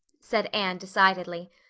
said anne decidedly.